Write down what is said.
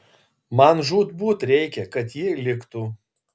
man žūtbūt reikia kad ji liktų